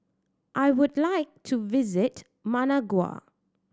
I would like to visit Managua